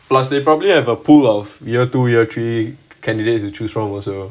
plus they probably have a pool of year two year three candidates to choose from also